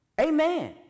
Amen